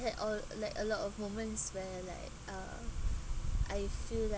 had all like a lot of moments where like uh I feel like